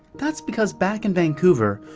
that's because back in vancouver,